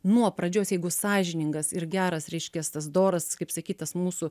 nuo pradžios jeigu sąžiningas ir geras reiškias tas doras kaip sakyt tas mūsų